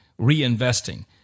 reinvesting